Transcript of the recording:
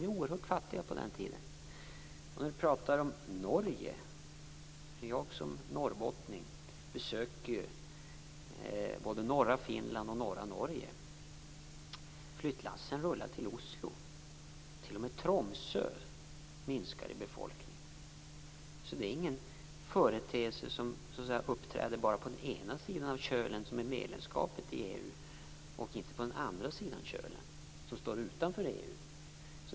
Vi var oerhört fattiga på den tiden. Marianne Samuelsson pratar om Norge. Jag som norrbottning besöker både norra Finland och norra Norge. Flyttlassen rullar till Oslo. T.o.m. Tromsös befolkning minskar. Det är ingen företeelse som uppträder bara på den ena sidan av Kölen, där man är med i EU, och inte på den andra sidan, där man står utanför EU.